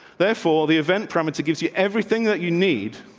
therefore, the event perimeter gives you everything that you need